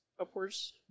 upwards